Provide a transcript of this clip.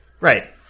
Right